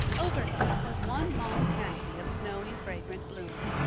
overhead was one long canopy of snowy fragrant bloom.